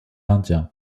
indien